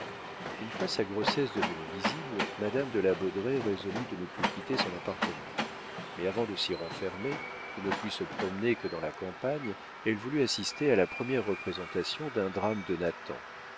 une fois sa grossesse devenue visible madame de la baudraye résolut de ne plus quitter son appartement mais avant de s'y renfermer de ne plus se promener que dans la campagne elle voulut assister à la première représentation d'un drame